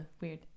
weird